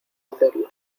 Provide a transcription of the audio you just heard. hacerlo